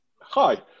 Hi